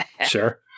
sure